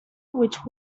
which